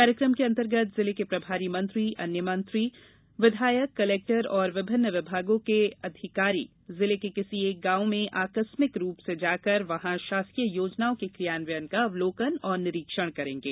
कार्यक्रम के अंतर्गत जिले के प्रभारी मंत्री अन्य मंत्रीगण विधायकगण कलेक्टर तथा विभिन्न विभागों के अधिकारी जिले के किसी एक गांव में आकस्मिक रूप से जाकर वहां शासकीय योजनाओं के क्रियान्वयन का अवलोकन और निरीक्षण करेंगे